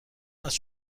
است